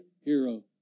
hero